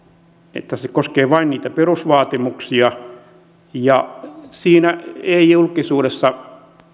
että se koskee vain niitä perusvaatimuksia siinä eivät julkisuudessa